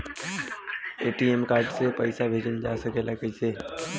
ATM card से पइसा भेजल जा सकेला कइसे?